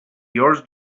yours